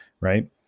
right